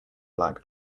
black